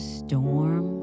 storm